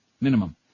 minimum